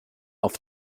auf